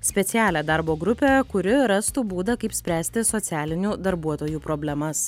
specialią darbo grupę kuri rastų būdą kaip spręsti socialinių darbuotojų problemas